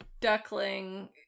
duckling